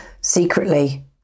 Secretly